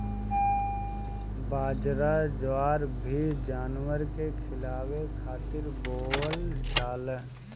बजरा, जवार भी जानवर के खियावे खातिर बोअल जाला